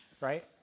right